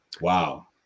Wow